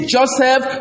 Joseph